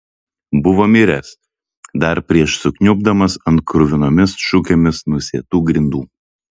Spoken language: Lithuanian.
buvo miręs dar prieš sukniubdamas ant kruvinomis šukėmis nusėtų grindų